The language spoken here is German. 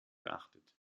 geachtet